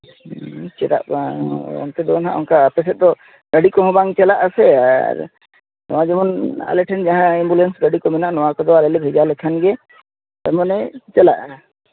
ᱪᱮᱫᱟᱜ ᱵᱟᱝ ᱚᱱᱛᱮᱫᱚ ᱚᱱᱮ ᱫᱚ ᱦᱟᱸᱜ ᱚᱱᱠᱟ ᱟᱯᱮᱥᱮᱫ ᱫᱚ ᱜᱟᱹᱰᱤ ᱠᱚᱦᱚᱸ ᱵᱟᱝ ᱪᱟᱞᱟᱜᱼᱟ ᱥᱮ ᱟᱨ ᱱᱚᱣᱟ ᱡᱮᱢᱚᱱ ᱟᱞᱮ ᱴᱷᱮᱱ ᱡᱟᱦᱟᱸ ᱮᱢᱵᱩᱞᱮᱱᱥ ᱜᱟᱹᱰᱤᱠᱚ ᱢᱮᱱᱟᱜᱼᱟ ᱱᱚᱣᱟ ᱠᱚᱫᱚ ᱟᱞᱮᱞᱮ ᱵᱷᱮᱡᱟ ᱞᱮᱠᱷᱟᱱᱜᱮ ᱢᱟᱱᱮ ᱪᱟᱞᱟᱜᱼᱟ